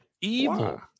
Evil